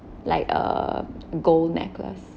like a gold necklace